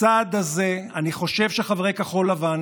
אני חושב שחברי כחול לבן,